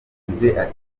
gucukura